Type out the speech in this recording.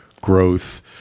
growth